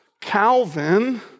Calvin